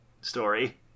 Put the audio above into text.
story